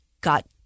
got